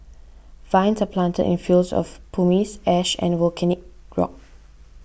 vines are planted in fields of pumice ash and volcanic rock